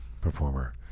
performer